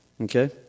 Okay